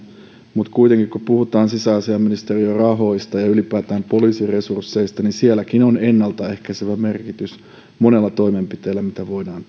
mutta kuitenkin kun puhutaan sisäasiainministeriön rahoista ja ylipäätään poliisin resursseista niin sielläkin on ennaltaehkäisevä merkitys monella toimenpiteellä mitä voidaan